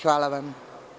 Hvala vam.